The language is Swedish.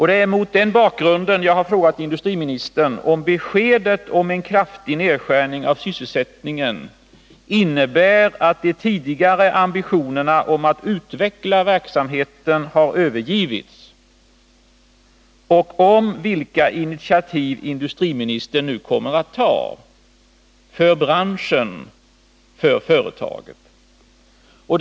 Det är mot den bakgrunden jag har frågat industriministern huruvida beskedet om en kraftig nedskärning av sysselsättningen innebär att de tidigare ambitionerna att utveckla verksamheten har övergivits och vilka initiativ industriministern nu kommer att ta för branschen och för företaget.